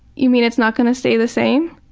you mean it's not going to stay the same?